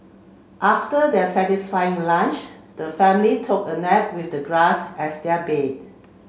after their satisfying lunch the family took a nap with the grass as their bed